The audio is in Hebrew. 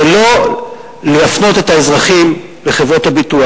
ולא להפנות את האזרחים לחברות הביטוח.